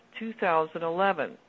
2011